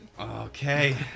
Okay